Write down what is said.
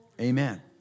Amen